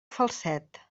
falset